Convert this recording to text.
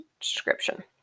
description